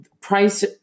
price